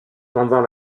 pendant